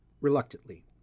reluctantly